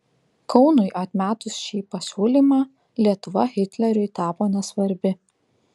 kaunui atmetus šį pasiūlymą lietuva hitleriui tapo nesvarbi